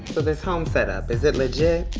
this home setup, is it legit?